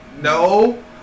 no